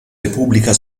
repubblica